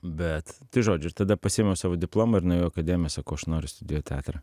bet tai žodžiu ir tada pasiėmiau savo diplomą ir nuėjau į akademiją sakau aš noriu studijuot teatrą